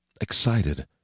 excited